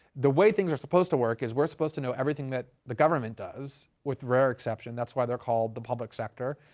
the way things are supposed to work is we're supposed to know everything that the government does with rare exception, that's why they're called the public sector.